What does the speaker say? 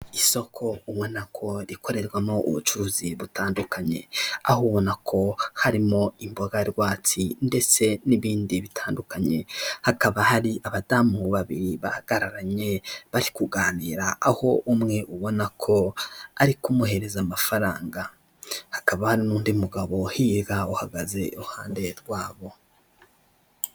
Isoko ubona ko rikorerwamo ubucuruzi butandukanye, aho ubona ko harimo imboga rwatsi ndetse n'ibindi bitandukanye, hakaba hari abadamu babiri bahagararanye bari kuganira aho umwe ubona ko arikumuhereza amafaranga, hakaba hari n'undi mugabo hirya uhagaze iruhande rwabo.